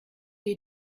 est